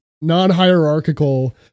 non-hierarchical